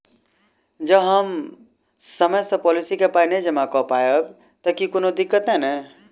जँ हम समय सअ पोलिसी केँ पाई नै जमा कऽ पायब तऽ की कोनो दिक्कत नै नै?